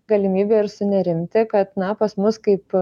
galimybę ir sunerimti kad na pas mus kaip